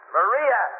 Maria